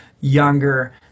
younger